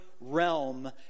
realm